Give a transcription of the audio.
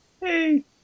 Hey